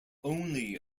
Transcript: only